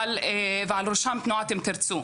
ובראשם תנועת "אם תרצו".